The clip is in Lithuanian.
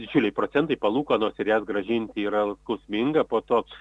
didžiuliai procentai palūkanos ir jas grąžinti yra skausminga po to